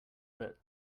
bit